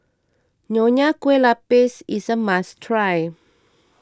Nonya Kueh Lapis is a must try